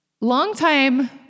Longtime